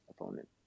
opponent